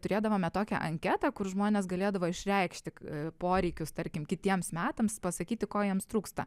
turėdavome tokią anketą kur žmonės galėdavo išreikšti poreikius tarkim kitiems metams pasakyti ko jiems trūksta